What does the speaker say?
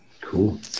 Cool